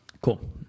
Cool